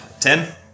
Ten